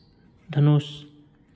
धनुष